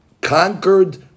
conquered